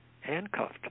handcuffed